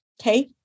okay